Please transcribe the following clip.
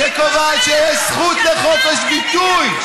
שקובעת שיש זכות לחופש ביטוי,